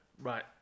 Right